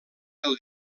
del